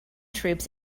troops